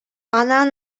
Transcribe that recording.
анан